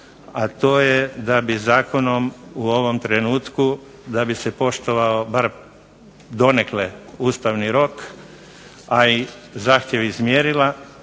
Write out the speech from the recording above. a to je da bi zakonom u ovom trenutku, da bi se poštovao bar donekle ustavni rok, a i zahtjev iz mjerila